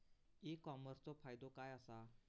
E कॉमर्सचो फायदो काय असा?